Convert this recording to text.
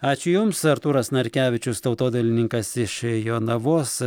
ačiū jums artūras narkevičius tautodailininkas iš jonavos